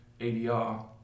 ADR